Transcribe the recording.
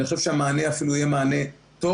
אני חושב שהמענה אפילו יהיה מענה טוב.